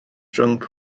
rhwng